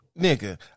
Nigga